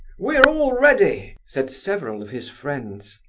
we're all ready, said several of his friends.